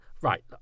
right